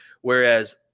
Whereas